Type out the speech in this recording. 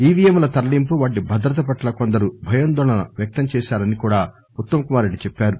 ఈవీఎంల తరలింపు వాటి భద్రత పట్ల కొందరు భయాందోళన వ్యక్తం చేశారని కూడా ఉత్తమ్ కుమార్ రెడ్డి చెప్పారు